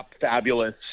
fabulous